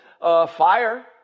Fire